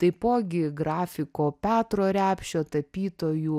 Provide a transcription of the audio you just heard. taipogi grafiko petro repšio tapytojų